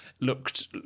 looked